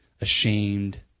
ashamed